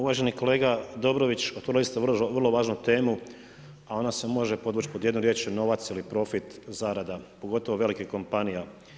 Uvaženi kolega Dobrović, otvorili ste vrlo važnu temu, a ona se može podvući pod jednu riječju novac ili profit, zarada, pogotovo velikih kompanija.